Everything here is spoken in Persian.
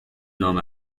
نام